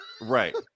Right